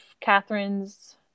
Catherine's